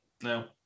No